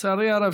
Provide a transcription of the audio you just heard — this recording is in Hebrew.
לצערי הרב,